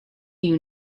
you